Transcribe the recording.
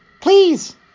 Please